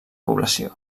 població